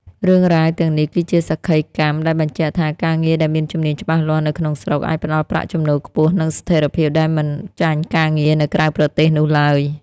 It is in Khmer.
រឿងរ៉ាវទាំងនេះគឺជាសក្ខីកម្មដែលបញ្ជាក់ថា ការងារដែលមានជំនាញច្បាស់លាស់នៅក្នុងស្រុក អាចផ្ដល់ប្រាក់ចំណូលខ្ពស់ និងស្ថិរភាពដែលមិនចាញ់ការងារនៅក្រៅប្រទេសនោះឡើយ។